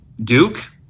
Duke